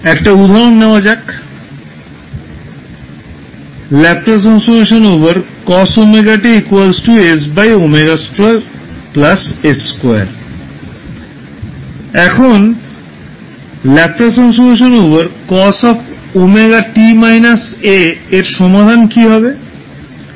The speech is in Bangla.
একটা উদাহরণ নেওয়া যাক ℒ cos ωt এখন ℒ cos ω এর সমাধান কি হবে